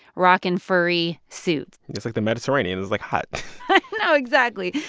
rocking furry suits and it's like the mediterranean. it's like hot i know exactly.